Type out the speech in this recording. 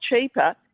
cheaper